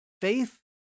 Faith